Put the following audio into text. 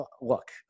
look